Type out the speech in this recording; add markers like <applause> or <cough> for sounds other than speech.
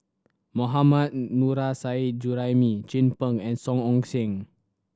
Mohammad <unintelligible> Nurrasyid Juraimi Chin Peng and Song Ong Siang